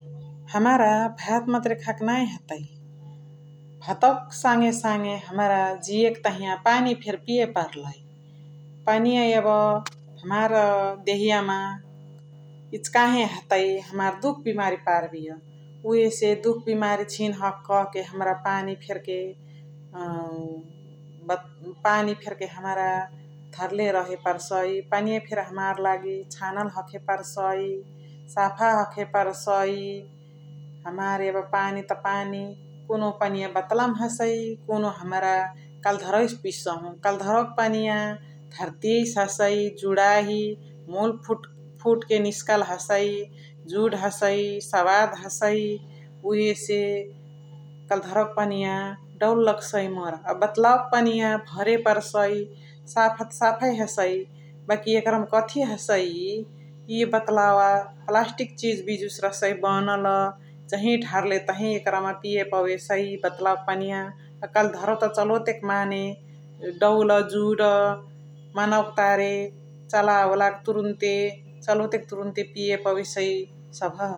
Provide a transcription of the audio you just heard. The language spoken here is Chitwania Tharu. हमरा मतरे खाके नाही हतइ । भातवाक सङे सङे हमरा जियके तहिया पानी फेरी पिय पर्लही । पनिया यब हमरा देहियामा इचिकाहे हातइ हमार दुख्बिमारी पर्बिय । उहेसे दुख्बिमारी झिन हख्का के हमरा पानी फेर्के पानी फेर्के हमरा धर्ले रहे परसइ । पानीया फेर हमर लागि छानल हखे परसइ, साफा हखे परसइ, हमार यब पानी त पानी कुनुहु पनिया बतल मा हसइ कुनुहु हमरा कल्धरवेसे पिसहु । कल्धरवाक पनिया धर्तिसे हसइ जोणाही मुल्फुट्के निस्कल हसइ जुड हसइ सवाद हसइ । उहेसे कल्धरवाक पनिया दौल लग्सइ मोरा । अ बतलावा क पनिया भरे परसइ साफा त साफा हसइ बाकी एकर्मा कथी हसइ इय बतलावा पलास्टिक चिज्बिजु से रह्सइ बनल जहिह ढार्ले तहिही एकर मा पिय पवेसइ बतलावाक पनिया । कल्धरवा त चलोतेक माने दौल जुड मनवा क तारे चावोला के तुरुन्ते चलोतेक के तुरुन्ते पिय पवेसइ सभ ।